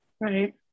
Right